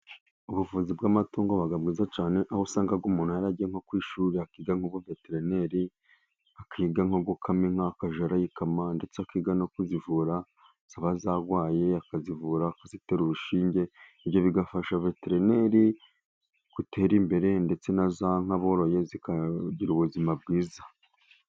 Ubuvuzi bw'amatungo buba bwiza cyane aho usanga umuntu arajya nko ku ishuri akiga mu buveterineri, akiga nko gukama inka akajya ayikama, ndetse akiga no kuzivura zaba zarwaye akazivura, kuzitera urushinge. Ibyo bigafasha veterineri gutera imbere ndetse na za nka boroye zikagira ubuzima bwiza.